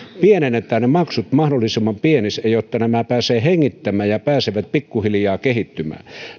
pienennämme ne maksut mahdollisimman pieniksi jotta nämä pääsevät hengittämään ja pääsevät pikkuhiljaa kehittymään